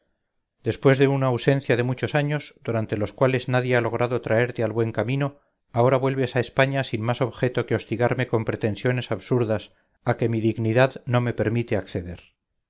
después de una ausencia de muchos años durante los cuales nadie ha logrado traerte al buen camino ahora vuelves a españa sin más objeto que hostigarme con pretensiones absurdas a que mi dignidad no me permite acceder